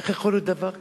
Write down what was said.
איך יכול להיות דבר כזה?